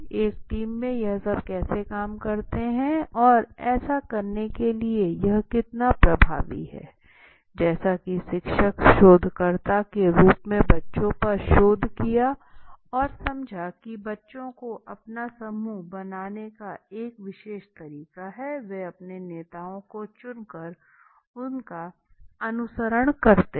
एक टीम में यह सब कैसे काम करता है और ऐसा करने के लिए यह कितना प्रभावी किया है जैसा कि शिक्षक शोधकर्ता के र्रूप में बच्चों पर शोध किया और समझा कि बच्चों को अपना समूह बनाने का एक विशेष तरीका है वह अपने नेताओं को चुन कर उनका अनुसरण करते हैं